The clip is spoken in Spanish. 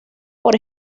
por